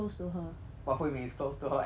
but hui min is close to her and you're close to hui min